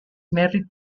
married